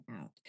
out